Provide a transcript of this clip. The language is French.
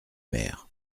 maire